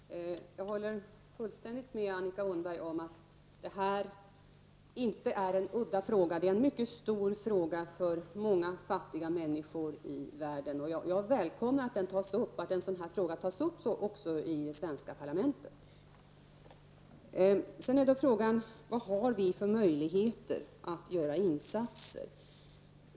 Herr talman! Jag håller fullständigt med Annika Åhnberg om att det här inte är en udda fråga. Det är en mycket stor fråga för många fattiga människor i världen. Jag välkomnar att en sådan fråga tas upp också i det svenska parlamentet. Frågan är vad vi har för möjligheter att göra insatser.